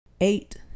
eight